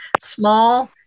small